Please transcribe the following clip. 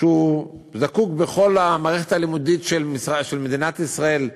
שהוא זקוק, בכל המערכת הלימודית של מדינת ישראל,